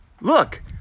Look